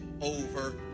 over